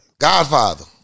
Godfather